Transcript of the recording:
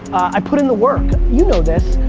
i put in the work. you know this.